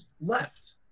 left